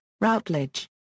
Routledge